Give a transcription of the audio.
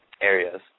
areas